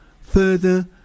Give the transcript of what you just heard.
further